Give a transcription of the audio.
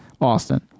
Austin